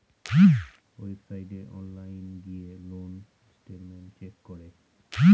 ওয়েবসাইটে অনলাইন গিয়ে loan statement check করে